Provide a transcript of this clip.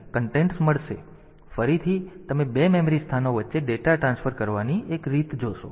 તેથી આ ફરીથી તમે 2 મેમરી સ્થાનો વચ્ચે ડેટા ટ્રાન્સફર કરવાની એક રીત જોશો